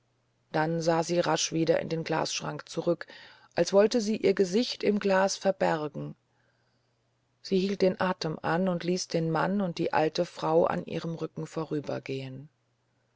dann sah sie rasch wieder in den glasschrank zurück als wollte sie ihr gesicht im glas verbergen sie hielt den atem an und ließ den mann und die alte frau an ihrem rücken vorübergehen